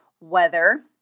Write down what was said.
weather